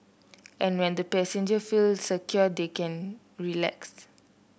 and when the passengers feel secure they can relax